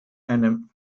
einem